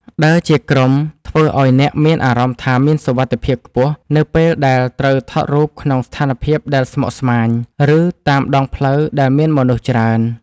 ដើរជាក្រុមធ្វើឱ្យអ្នកមានអារម្មណ៍ថាមានសុវត្ថិភាពខ្ពស់នៅពេលដែលត្រូវថតរូបក្នុងស្ថានភាពដែលស្មុគស្មាញ ឬ តាមដងផ្លូវដែលមានមនុស្សច្រើន។